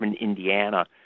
Indiana